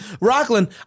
Rockland